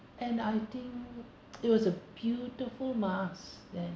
and I think it was a beautiful mass then